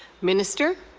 minister.